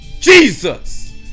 Jesus